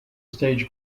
stage